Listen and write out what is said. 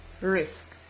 risk